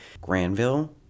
Granville